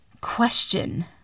question